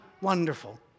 wonderful